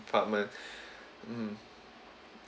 department mmhmm